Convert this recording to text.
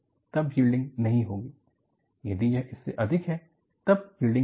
तब यील्डिंग नहीं होगी यदि यह इससे अधिक है तब यील्डिंग होगी